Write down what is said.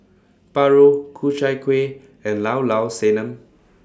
Paru Ku Chai Kueh and Llao Llao Sanum